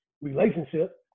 relationship